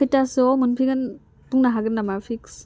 खैथासोआव मोनफैगोन बुंनो हागोन नामा पिक्स